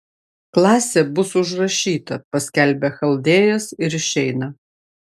klasė bus užrašyta paskelbia chaldėjas ir išeina